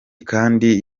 kandi